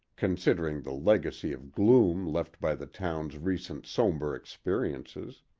considering the legacy of gloom left by the town's recent somber experiences.